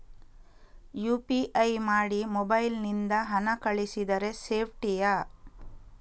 UPI ಮಾಡಿ mobile ನಿಂದ ಹಣ ಕಳಿಸಿದರೆ ಸೇಪ್ಟಿಯಾ?